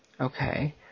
Okay